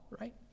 Right